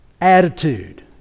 attitude